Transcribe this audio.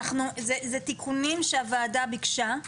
אלה תיקונים שהוועדה ביקשה,